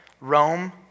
Rome